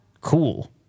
cool